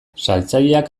saltzaileak